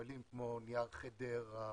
מפעלים כמו: נייר חדרה,